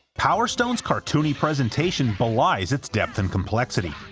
power stone's cartoony presentation belies its depth and complexity.